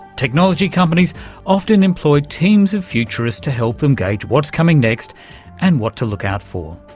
technology companies often employ teams of futurists to help them gauge what's coming next and what to look out for.